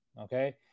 okay